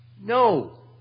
No